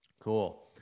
Cool